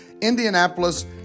Indianapolis